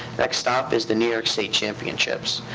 next stop is the new york state championships.